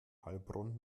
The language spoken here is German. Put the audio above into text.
heilbronn